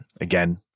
again